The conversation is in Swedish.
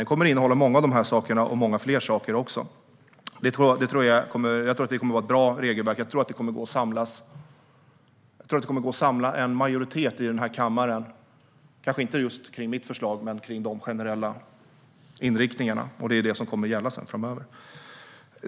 Det kommer att innehålla många av de här sakerna och många fler saker också. Jag tror att det kommer att vara ett bra regelverk. Jag tror att det kommer att gå att samla en majoritet i den här kammaren, kanske inte just kring mitt förslag men kring de generella inriktningarna, och det är det som sedan kommer att gälla framöver.